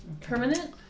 Permanent